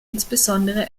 insbesondere